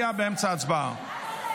סליחה, אי-אפשר לקיים הצבעה כשזה מתקיים ככה.